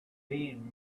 being